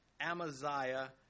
Amaziah